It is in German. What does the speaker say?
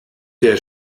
der